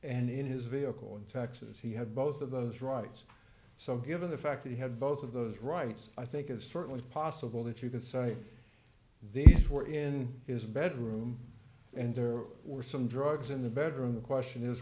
and in his vehicle in texas he had both of those rights so given the fact that he had both of those rights i think it is certainly possible that you could cite the before in his bedroom and there were some drugs in the bedroom the question is